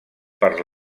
per